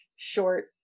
short